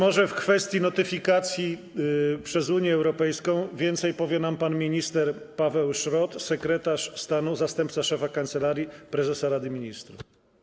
Być może w kwestii notyfikacji przez Unię Europejską więcej powie nam pan minister Paweł Szrot, sekretarz stanu, zastępca szefa Kancelarii Prezesa Rady Ministrów.